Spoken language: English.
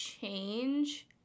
change